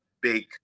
big